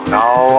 now